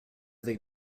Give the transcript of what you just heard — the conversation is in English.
they